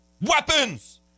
weapons